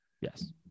Yes